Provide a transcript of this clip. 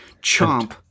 Chomp